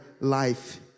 life